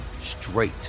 straight